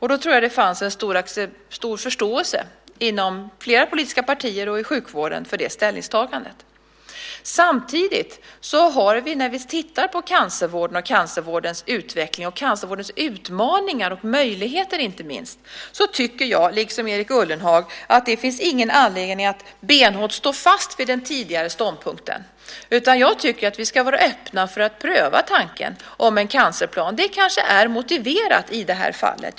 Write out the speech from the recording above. Jag tror att det då inom flera politiska partier och i sjukvården fanns en stor förståelse för det ställningstagandet. Samtidigt när vi tittar på cancervården och dess utveckling, och inte minst cancervårdens utmaningar och möjligheter, tycker jag liksom Erik Ullenhag att det inte finns någon anledning att benhårt stå fast vid den tidigare ståndpunkten. Jag tycker att vi ska vara öppna för att pröva tanken om en cancerplan. Det kanske är motiverat i det här fallet.